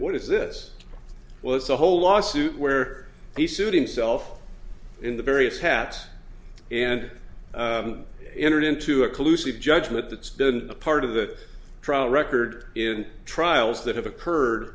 what is this was the whole lawsuit where the suit himself in the various hats and entered into a collusive judgment that's been a part of the trial record in trials that have occurred